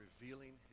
revealing